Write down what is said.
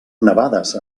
nevades